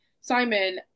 Simon